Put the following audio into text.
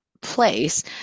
place